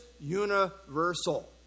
universal